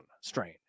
strain